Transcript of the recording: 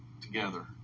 together